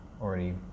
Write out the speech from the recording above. already